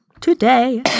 today